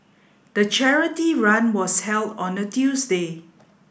the charity run was held on a Tuesday